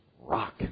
rock